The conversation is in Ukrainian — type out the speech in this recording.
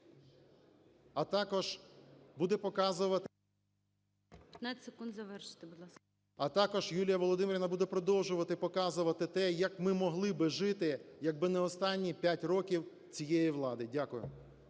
А також Юлія Володимирівна буде продовжувати показувати те, як ми могли би жити, якби не останні 5 років цієї влади. Дякую.